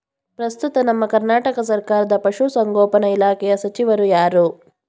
ಪ್ರಸ್ತುತ ನಮ್ಮ ಕರ್ನಾಟಕ ಸರ್ಕಾರದ ಪಶು ಸಂಗೋಪನಾ ಇಲಾಖೆಯ ಸಚಿವರು ಯಾರು?